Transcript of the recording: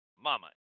Mama